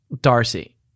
Darcy